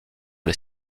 les